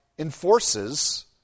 Enforces